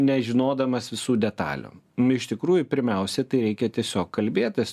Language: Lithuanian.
nežinodamas visų detalių nu iš tikrųjų pirmiausia tai reikia tiesiog kalbėtis